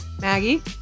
Maggie